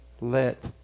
let